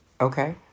Okay